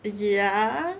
ya